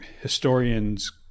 historians